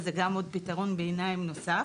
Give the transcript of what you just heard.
זה בעיני פתרון נוסף.